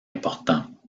importants